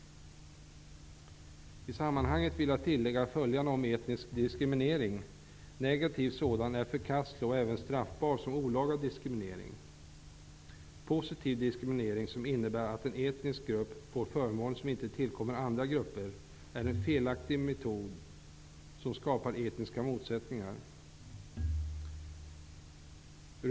I sammanhanget vill jag tillägga följande om etnisk diskriminering. Negativ sådan är förkastlig och även straffbar som olaga diskriminering. Positiv diskriminering, som innebär att en etnisk grupp får förmåner som inte tillkommer andra grupper, är en felaktig metod som skapar etniska motsättningar.